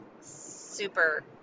super